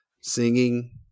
singing